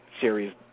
series